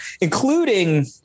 including